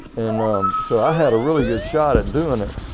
and um so i had a really good shot at doing it.